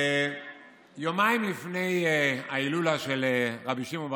יומיים לפני ההילולה של רבי שמעון בר